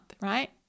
Right